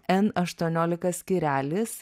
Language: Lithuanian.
n aštuoniolika skyrelis